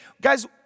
Guys